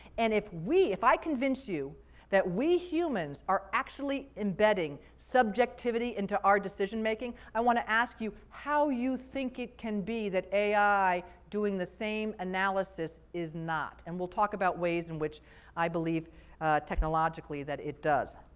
and if we, if i convince you that we humans are actually embedding subjectivity into our decision making, i want to ask you how you think it can be that ai, doing the same analysis, is not? and we'll talk about ways in which i believe technologically that it does.